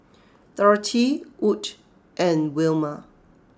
Dorothea Wood and Wilma